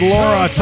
Laura